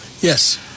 Yes